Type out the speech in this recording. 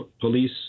police